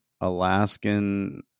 Alaskan